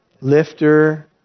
lifter